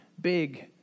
big